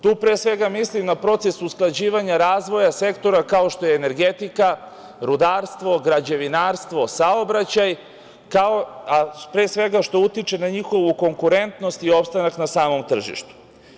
Tu pre svega mislim na proces usklađivanja razvoja sektora, kao što je energetika, rudarstvo, građevinarstvo, saobraćaj, a pre svega što utiče na njihovu konkurentnost i opstanak na samom tržištu.